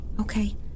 okay